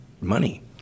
money